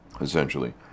Essentially